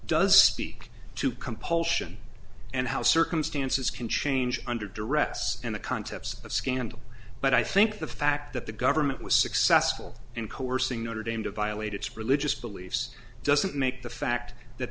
does speak to compulsion and how circumstances can change under directs and the concepts of scandal but i think the fact that the government was successful in coercing notre dame to violate its religious beliefs doesn't make the fact that